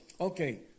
Okay